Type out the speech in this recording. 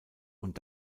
und